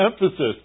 emphasis